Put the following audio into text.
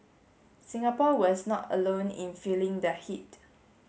Singapore was not alone in feeling the heat